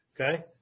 Okay